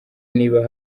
niba